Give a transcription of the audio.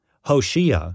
Hoshea